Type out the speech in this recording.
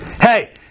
Hey